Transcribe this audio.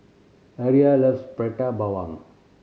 Aria loves Prata Bawang